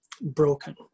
broken